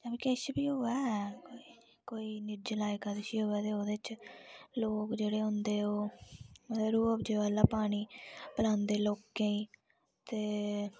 जां फ्ही बी होऐ कोई निर्जला एकादशी होऐ ते ओहदे बिच लोग जेहड़े होंदे ओह् रुअफजे आहला पानी पलांदे लोकें गी ते